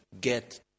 get